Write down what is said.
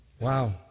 wow